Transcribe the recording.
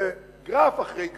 בגרף אחרי גרף,